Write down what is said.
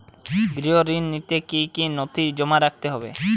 গৃহ ঋণ নিতে কি কি নথি জমা রাখতে হবে?